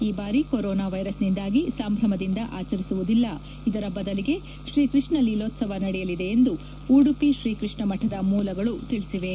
ಈ ಬಾರಿ ಕೊರೊನಾ ವೈರಸ್ನಿಂದಾಗಿ ಸಂಭ್ರಮದಿಂದ ಆಚರಿಸುವುದಿಲ್ಲ ಇದರ ಬದಲಿಗೆ ಶ್ರೀಕೃಷ್ಣ ಲೀಲೋತ್ಸವ ನಡೆಯಲಿದೆ ಎಂದು ಉಡುಪಿ ಶ್ರೀ ಕೃಷ್ಣ ಮಠದ ಮೂಲಗಳು ತಿಳಿಸಿವೆ